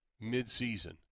mid-season